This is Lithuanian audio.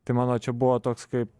tai mano čia buvo toks kaip